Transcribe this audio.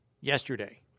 yesterday